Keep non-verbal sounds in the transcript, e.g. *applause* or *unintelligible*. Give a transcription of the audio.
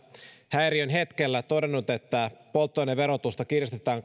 häiriön hetkellä todennut että polttoaineverotusta kiristetään *unintelligible*